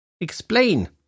Explain